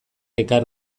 ekar